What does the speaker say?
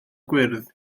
gwyrdd